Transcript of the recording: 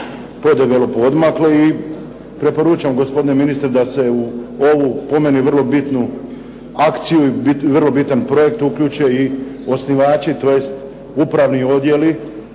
podebelo odmakle i preporučam gospodine ministre da se u ovu, po meni vrlo bitnu, akciju i vrlo bitan projekt uključe i osnivači tj. upravni odjeli